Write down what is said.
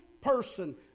person